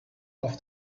off